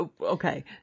okay